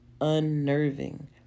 unnerving